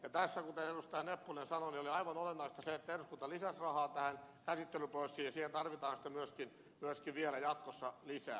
nepponen sanoi oli aivan olennaista se että eduskunta lisäsi rahaa tähän käsittelyprosessiin ja siihen tarvitaan sitten myöskin vielä jatkossa lisää